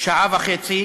שעה וחצי